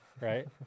right